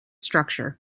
structure